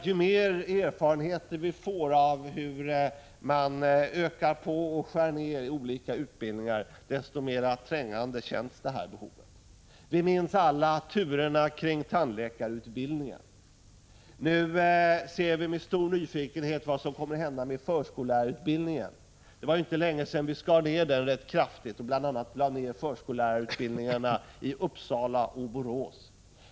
Ju mer erfarenhet vi får av hur man ökar ut och skär ned i olika utbildningar, desto mera trängande känns behovet av bättre planering. Vi minns alla turerna kring tandläkarutbildningen. Vi ser med stor nyfikenhet på vad som nu kommer att hända med förskolelärarutbildningen. Det var ju inte länge sedan denna utbildning skars ned kraftigt. Bl.a. lades förskolelärarutbildningarna i Uppsala och Borås ned.